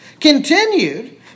continued